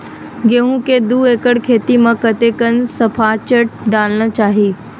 गेहूं के दू एकड़ खेती म कतेकन सफाचट डालना चाहि?